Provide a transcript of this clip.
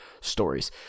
stories